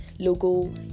logo